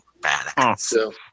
badass